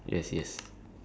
ya I think that's it